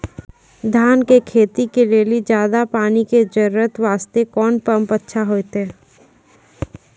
धान के खेती के लेली ज्यादा पानी के जरूरत वास्ते कोंन पम्प अच्छा होइते?